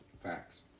Facts